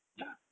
ya